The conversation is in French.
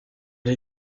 les